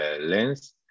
lens